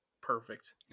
perfect